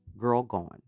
girlgone